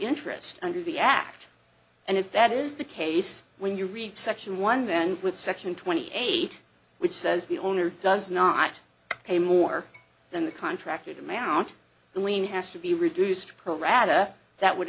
interest under the act and if that is the case when you read section one then with section twenty eight which says the owner does not pay more than the contracted amount the lien has to be reduced pro rata that would